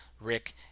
Rick